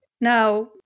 now